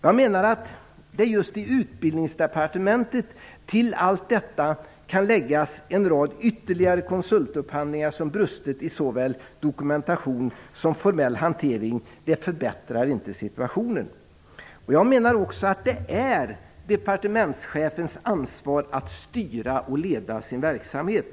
Jag menar att det just beträffande Utbildningsdepartementet till allt detta kan läggas en rad ytterligare konsultupphandlingar som brustit i såväl dokumentation som formell hantering. Det förbättrar inte situationen. Jag menar också att det är departementschefens ansvar att styra och leda sin verksamhet.